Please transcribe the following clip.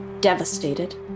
Devastated